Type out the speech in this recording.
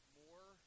more